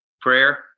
prayer